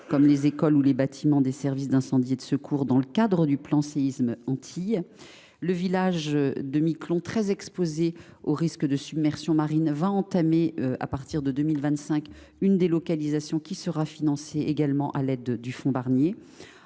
comme les écoles ou les bâtiments des services d’incendie et de secours, dans le cadre du plan Séisme Antilles. En second lieu, le village de Miquelon, très exposé aux risques de submersion marine, va entamer à partir de 2025 une délocalisation qui sera financée également à l’aide du fonds Barnier.